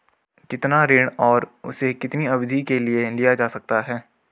कितना ऋण और उसे कितनी अवधि के लिए लिया जा सकता है?